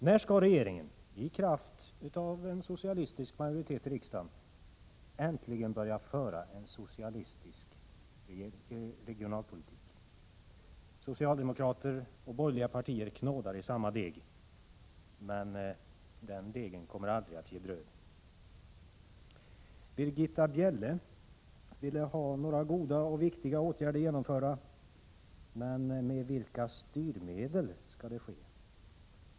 När skall regeringen — i kraft av en socialistisk majoritet i riksdagen — äntligen börja föra en socialistisk regionalpolitik? Socialdemokrater och borgerliga partier knådar i samma deg, men den degen kommer aldrig att ge bröd. Britta Bjelle ville ha några goda och viktiga åtgärder vidtagna, men med vilka styrmedel skall det ske?